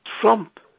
Trump